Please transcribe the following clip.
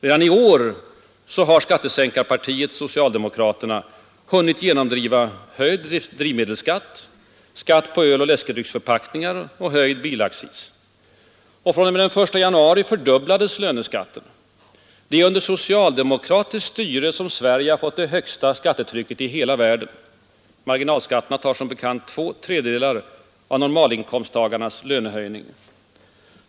Redan i år har ”skattesänkarpartiet — socialdemokraterna” hunnit genomdriva höjd drivmedelsskatt, skatt på öloch läskedrycksförpackningar och höjd bilaccis. Från och med 1 januari fördubblades löneskatten. Det är under socialdemokratiskt styre som Sverige fått det högsta skattetrycket i hela världen. Marginalskatterna tar som bekant två tredjedelar av normalinkomsttagarnas lönehöjning.